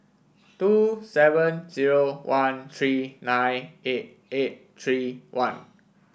two seven zero one three nine eight eight three one